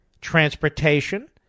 transportation